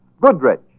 Goodrich